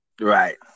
Right